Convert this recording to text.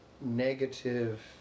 negative